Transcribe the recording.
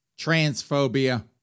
transphobia